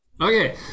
Okay